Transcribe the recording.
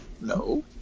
No